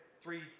three